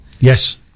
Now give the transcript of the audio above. Yes